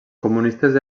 comunistes